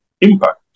impact